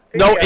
no